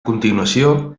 continuació